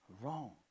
wrong